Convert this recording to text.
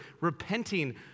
repenting